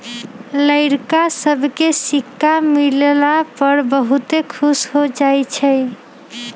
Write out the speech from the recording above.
लइरका सभके सिक्का मिलला पर बहुते खुश हो जाइ छइ